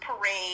parade